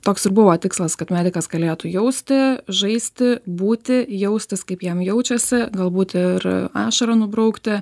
toks ir buvo tikslas kad medikas galėtų jausti žaisti būti jaustis jam jaučiasi galbūt ir ašarą nubraukti